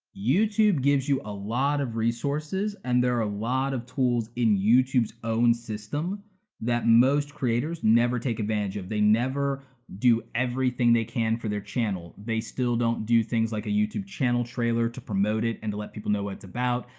youtube gives you a lot of resources, and there are a lot of tools in youtube's own system that most creators never take advantage of. they never do everything they can for their channel. they still don't do things like a youtube channel trailer to promote it and to let people know what it's about.